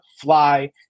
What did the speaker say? Fly